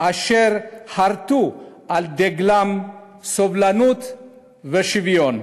אשר חרתו על דגלם סובלנות ושוויון,